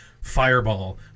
fireball